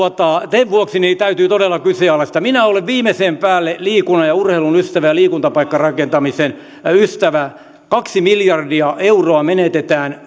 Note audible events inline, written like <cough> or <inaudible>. sen vuoksi se täytyy todella kyseenalaistaa minä olen viimeisen päälle liikunnan ja urheilun ystävä ja liikuntapaikkarakentamisen ystävä kaksi miljardia euroa menetetään <unintelligible>